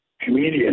comedian